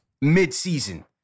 mid-season